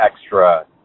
extra